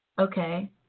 okay